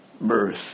birth